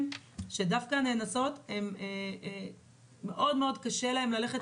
שדווקא לנאנסות מאוד-מאוד קשה ללכת ולהגיש.